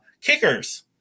kickers